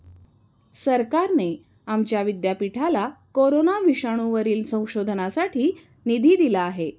सरकारने आमच्या विद्यापीठाला कोरोना विषाणूवरील संशोधनासाठी निधी दिला आहे